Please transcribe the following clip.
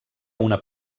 una